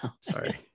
Sorry